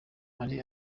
ari